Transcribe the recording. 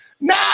no